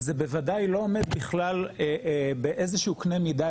זה בוודאי לא עומד בכלל באיזשהו קנה מידה